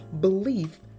belief